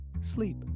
sleep